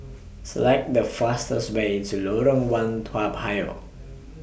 Select The fastest Way to Lorong one Toa Payoh